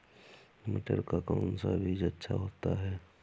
मटर का कौन सा बीज अच्छा होता हैं?